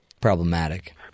problematic